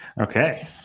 Okay